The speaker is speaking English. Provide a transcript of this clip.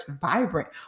vibrant